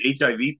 HIV